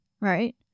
right